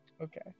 Okay